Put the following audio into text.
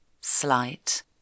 slight